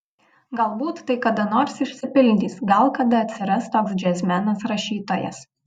galbūt tai kada nors išsipildys gal kada atsiras toks džiazmenas rašytojas